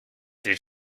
did